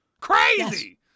Crazy